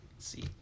see